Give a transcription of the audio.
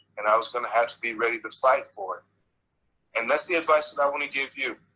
and i was gonna have to be ready to fight for it. and that's the advice and i want to give you.